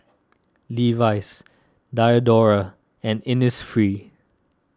Levi's Diadora and Innisfree